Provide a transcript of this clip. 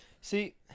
See